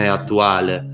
attuale